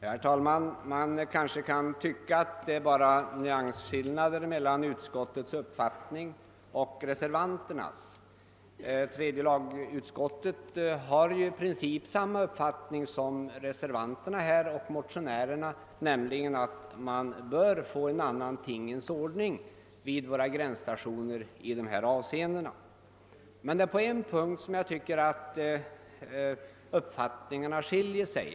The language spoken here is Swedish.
Herr talman! Man kanske kan tycka att det bara är en nyansskillnad mellan utskottsmajoritetens uppfattning och reservanternas. Tredje lagutskottet har i princip samma uppfattning som reservanterna och motionärerna, nämligen att man bör söka åstadkomma en annan tingens ordning vid våra tullstationer. Men på en punkt tycker jag att uppfattningarna skiljer sig.